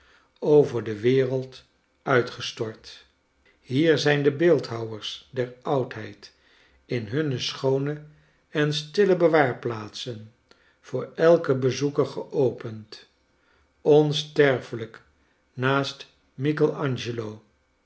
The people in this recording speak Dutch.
over de wereld uitgestort hier zijn de beeldhouwers der oudheid in hunne schoone en stille bewaarplaatsen voor elken bezoeker geopend onsterfelijk naast michel angelo